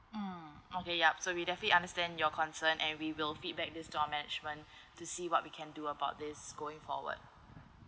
mm okay yup so we definitely understand your concern and we will feedback this to our management to see what we can do about this going forward